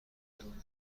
باید